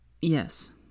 Yes